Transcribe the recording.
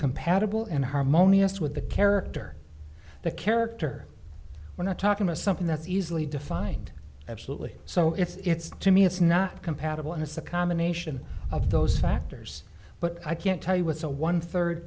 compatible and harmonious with the character the character we're not talking a something that's easily defined absolutely so it's to me it's not compatible and it's a combination of those factors but i can't tell you with a one third